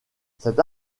cette